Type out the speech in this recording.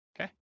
Okay